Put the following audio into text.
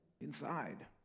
inside